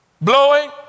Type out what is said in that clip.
blowing